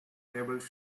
tables